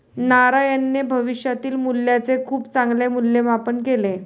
नारायणने भविष्यातील मूल्याचे खूप चांगले मूल्यमापन केले